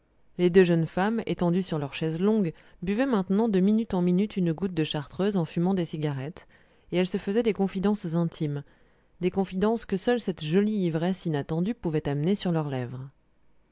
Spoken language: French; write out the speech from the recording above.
les deux jeunes femmes étendues sur leurs chaises longues buvaient maintenant de minute en minute une goutte de chartreuse en fumant des cigarettes et elles se faisaient des confidences intimes des confidences que seule cette jolie ivresse inattendue pouvait amener sur leurs lèvres